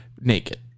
naked